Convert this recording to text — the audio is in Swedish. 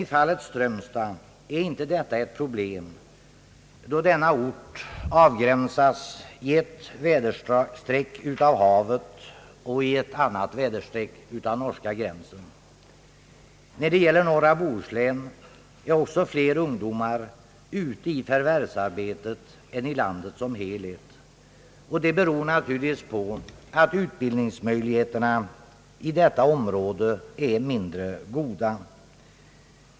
I fallet Strömstad är emellertid inte detta något problem, då denna stad avgränsas i ett väderstreck av havet och i ett annat väderstreck av norska gränsen. Inom norra Bohuslän är också fler ungdomar ute i förvärvsarbete än i landet som helhet. Det beror naturligtvis på att utbildningsmöjligheterna inom detta område är mindre goda.